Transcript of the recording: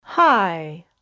Hi